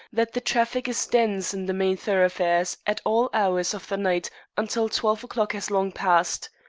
that the traffic is dense in the main thoroughfares at all hours of the night until twelve o'clock has long past.